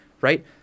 Right